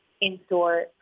in-store